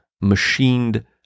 machined